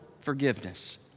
forgiveness